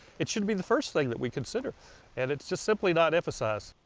it should be the first thing that we consider and it's just simply not emphasized.